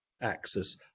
axis